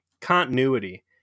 continuity